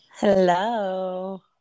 hello